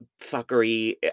fuckery